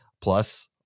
Plus